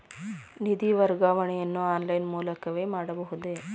ನಿಧಿ ವರ್ಗಾವಣೆಯನ್ನು ಆನ್ಲೈನ್ ಮೂಲಕವೇ ಮಾಡಬಹುದೇ?